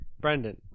Brendan